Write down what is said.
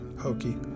hokey